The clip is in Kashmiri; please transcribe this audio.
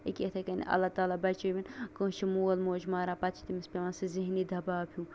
یہِ کیٛاہ یِتھٕے کٔنۍ اَللہ تالا بَچٲوٕنۍ کٲنٛسہِ چھُ مول موج مَران پَتہٕ چھِ تٔمِس پیٚوان ذہنی دَباو ہیٛوٗ